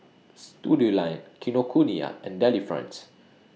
Studioline Kinokuniya and Delifrance